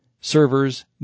servers